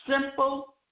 Simple